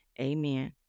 Amen